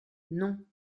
non